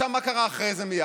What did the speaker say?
מה קרה מייד אחרי זה?